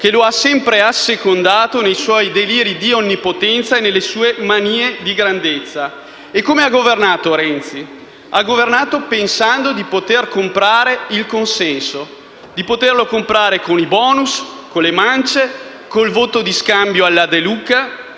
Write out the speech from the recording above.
che lo ha sempre assecondato nei suoi deliri di onnipotenza e nelle sue manie di grandezza. E come ha governato Renzi? Ha governato pensando di poter comprare il consenso, di poterlo comprare con i *bonus*, con le mance, con il voto di scambio alla De Luca,